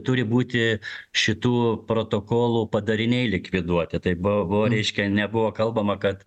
turi būti šitų protokolų padariniai likviduoti tai buvo buvo reiškia nebuvo kalbama kad